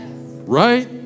Right